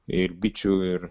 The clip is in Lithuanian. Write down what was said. ir bičių ir